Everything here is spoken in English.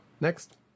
Next